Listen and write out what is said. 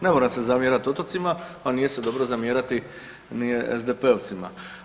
Ne moram se zamjerati otocima, a nije se dobro zamjerati ni SDP-ovcima.